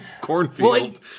cornfield